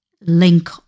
link